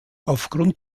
aufgrund